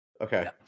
Okay